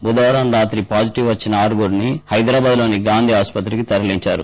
బుధవారం రాత్రి పాజిటీవ్ వచ్చిన ఐదుగురిని హైదరాబాద్ లోని గాంధీ ఆసుపత్రికి తరలించారు